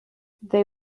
they